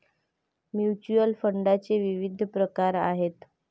mutual फंडाचे विविध प्रकार आहेत